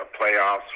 playoffs